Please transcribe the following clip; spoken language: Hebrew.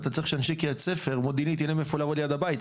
אתה צריך שאנשי קריית ספר ומודיעין עילית יהיה להם איפה לעבוד ליד הבית,